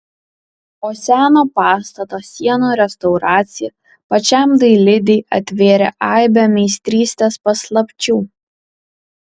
o seno pastato sienų restauracija pačiam dailidei atvėrė aibę meistrystės paslapčių